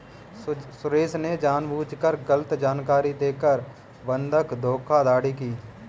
सुरेश ने जानबूझकर गलत जानकारी देकर बंधक धोखाधड़ी की